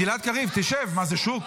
גלעד קריב תשב, מה זה, שוק?